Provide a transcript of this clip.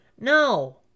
No